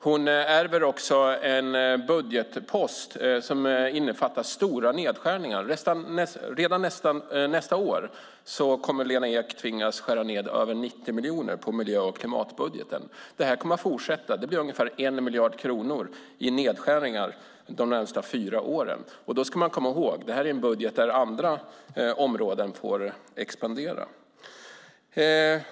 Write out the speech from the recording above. Hon ärver också en budgetpost som innefattar stora nedskärningar. Redan nästa år kommer Lena Ek att tvingas skära ned miljö och klimatbudgeten med över 90 miljoner. Det här kommer att fortsätta. Det blir ungefär 1 miljard kronor i nedskärningar under de närmaste fyra åren. Då ska man komma ihåg att det här är en budget där andra områden får expandera.